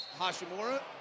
Hashimura